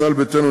ישראל ביתנו,